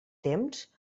temps